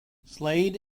slade